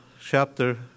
chapter